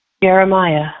Jeremiah